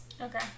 Okay